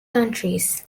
countries